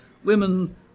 women